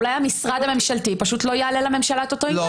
אולי המשרד הממשלתי פשוט לא יעלה לממשלה את אותו עניין,